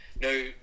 no